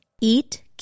Eat